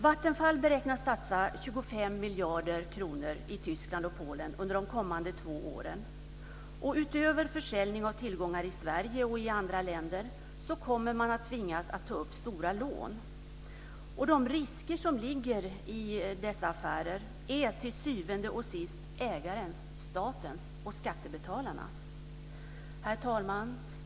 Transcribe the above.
Vattenfall beräknas satsa 25 miljarder kronor i Tyskland och Polen under de kommande två åren. Utöver försäljning av tillgångar i Sverige och i andra länder kommer man att tvingas ta upp stora lån. De risker som ligger i dessa affärer är till syvende och sist ägarens: statens och skattebetalarnas. Herr talman!